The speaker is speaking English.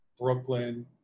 Brooklyn